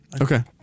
Okay